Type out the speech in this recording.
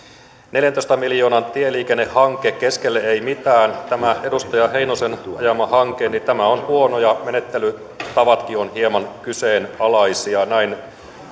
neljäntoista miljoonan tieliikennehanke keskelle ei mitään tämä edustaja heinosen ajama hanke on huono ja menettelytavatkin ovat hieman kyseenalaisia näin